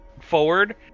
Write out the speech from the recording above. forward